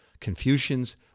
Confucians